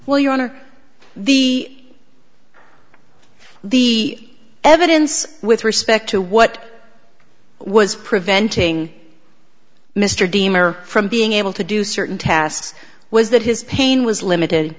well your honor the the evidence with respect to what was preventing mr deemer from being able to do certain tasks was that his pain was limited